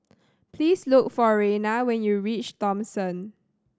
please look for Reina when you reach Thomson